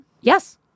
Yes